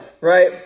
right